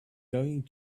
going